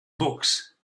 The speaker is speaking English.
books